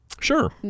Sure